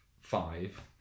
five